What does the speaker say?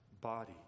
body